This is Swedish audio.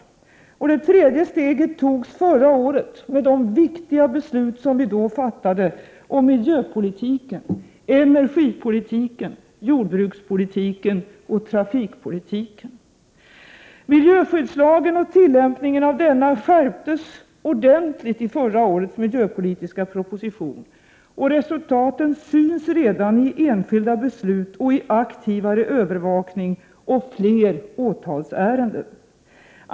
Tredje steget togs förra året med de viktiga beslut vi då fattade om miljöpolitiken, energipolitiken, jordbrukspolitiken och trafikpolitiken. Miljöskyddslagen och tillämpningen av denna skärptes ordentligt i och med förra årets miljöpolitiska proposition. Resultaten syns redan i enskilda 117 beslut, aktivare övervakning och fler åtalsärenden.